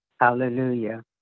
Hallelujah